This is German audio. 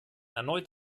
erneut